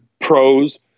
pros